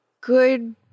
good